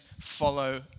follow